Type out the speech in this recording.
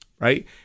Right